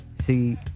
See